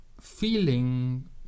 feeling